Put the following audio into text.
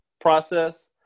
process